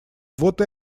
вот